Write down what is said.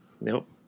Nope